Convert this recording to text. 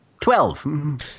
Twelve